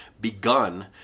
begun